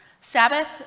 Sabbath